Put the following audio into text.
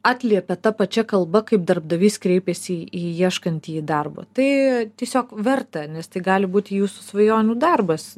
atliepia ta pačia kalba kaip darbdavys kreipėsi į ieškantįjį darbo tai tiesiog verta nes tai gali būti jūsų svajonių darbas